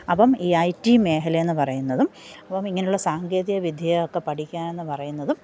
അപ്പോള് ഈ I T മേഖലയെന്നു പറയുന്നതും അപ്പോള് ഇങ്ങനുള്ള സാങ്കേതികവിദ്യയൊക്കെ പഠിക്കുകയെന്നു പറയുന്നതും